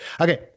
Okay